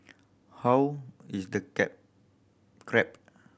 how is the crab